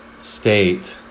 state